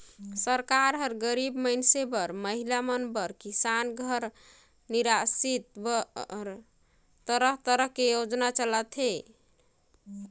सरकार हर गरीब मइनसे बर, महिला मन बर, किसान घर निरासित बर तरह तरह के योजना चलाथे